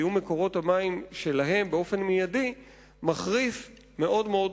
מקורות המים שלהם באופן מיידי מחריף מאוד מאוד,